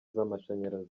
z’amashanyarazi